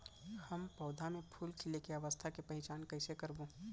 हम पौधा मे फूल खिले के अवस्था के पहिचान कईसे करबो